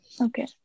Okay